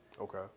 Okay